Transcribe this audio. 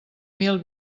mil